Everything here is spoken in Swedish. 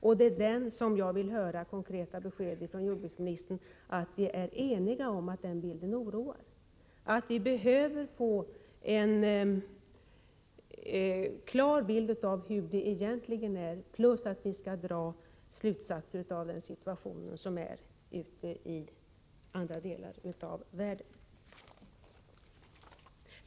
Jag vill ha konkret besked SR Kr SAR É Fredagen den från jordbruksministern om att vi är eniga om att den bilden oroar, att vi önovenmber 1984 behöver få en klar bild av hur det verkligen förhåller sig och dra slutsatser av den Situation som råder i SS delar av världen.